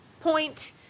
point